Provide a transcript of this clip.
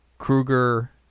Kruger